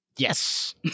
yes